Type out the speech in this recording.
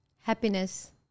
Happiness